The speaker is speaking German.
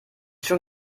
schon